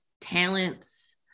talents